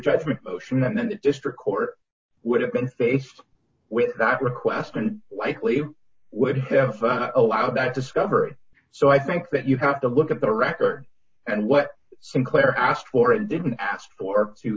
judgment motion and then the district court would have been faced with that request and likely would have allowed that discovery so i think that you have to look at the record and what sinclair asked for and didn't ask for to